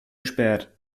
gesperrt